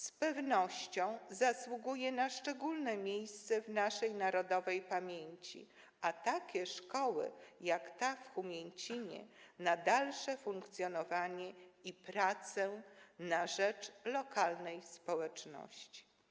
Z pewnością zasługuje on na szczególne miejsce w naszej narodowej pamięci, a takie szkoły jak ta w Humięcinie - na dalsze funkcjonowanie i pracę na rzecz lokalnej społeczności.